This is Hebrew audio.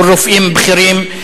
מול רופאים בכירים,